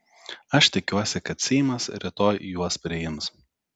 aš tikiuosi kad seimas rytoj juos priims